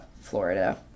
Florida